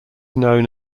known